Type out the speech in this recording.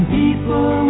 people